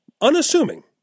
Unassuming